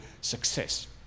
success